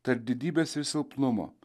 tarp didybės ir silpnumo